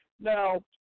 Now